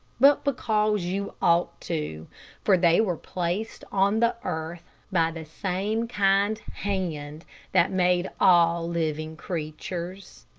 but because you ought to for they were placed on the earth by the same kind hand that made all living creatures.